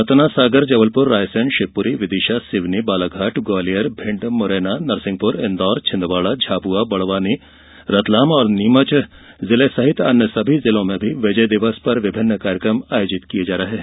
सतना सागर जबलपुर रायसेन शिवपुरी विदिशा सिवनी बालाघाट ग्वालियर भिण्ड मुरैना नरसिंहपुर इंदौर छिंदवाड़ा झाबुआ बड़वानी रतलाम और नीमच सहित सभी जिलों में विजय दिवस पर विभिन्न कार्यक्रम आयोजित किये जा रहे हैं